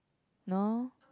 no